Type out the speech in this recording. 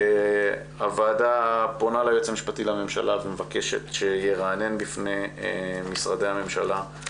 הוועדה פונה ליועץ המשפטי לממשלה ומבקשת שירענן בפני משרדי הממשלה,